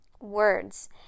words